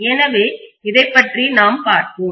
எனவே இதைப் பற்றி நாம் பார்ப்போம்